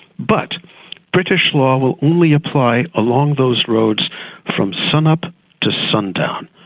but british law will only apply along those roads from sun-up to sun-down,